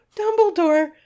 dumbledore